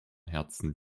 herzen